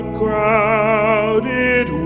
crowded